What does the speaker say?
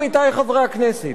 עמיתי חברי הכנסת,